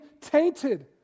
tainted